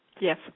Yes